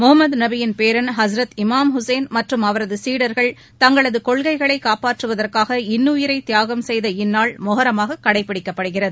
மொகமது நபியின் பேரன் ஹஸ்ரத் இமாம் உஸேன் மற்றும் அவரது சீடர்கள் தங்களது கொள்கைகளை காப்பாற்றுவதற்காக இன்னுயிரை தியாகம் செய்த இந்நாள் மொகரமாக கடைபிடிக்கப்படுகிறது